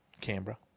Canberra